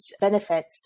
benefits